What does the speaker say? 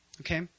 okay